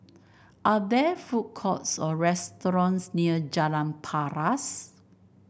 are there food courts or restaurants near Jalan Paras